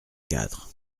quatre